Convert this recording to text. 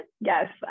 Yes